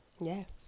Yes